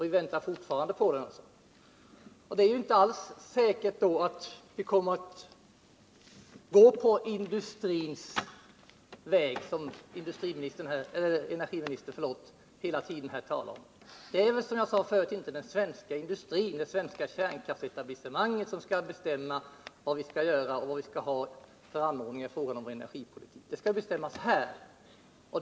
Vi väntar fortfarande på förslaget, och därför är det inte alls säkert att vi kommer att välja industrins väg, som energiministern hela tiden talat om. Det är, som jag sade förut, inte den svenska industrin, det svenska kärnkraftsetablissemanget, som skall bestämma vilken energipolitik som vi skall föra. De frågorna skall avgöras här.